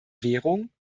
währung